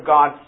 God